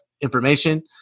information